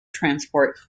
transport